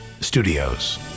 Studios